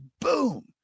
boom